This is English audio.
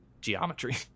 geometry